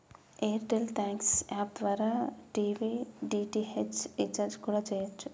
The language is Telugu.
ఎయిర్ టెల్ థ్యాంక్స్ యాప్ ద్వారా టీవీ డీ.టి.హెచ్ రీచార్జి కూడా చెయ్యచ్చు